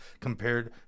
compared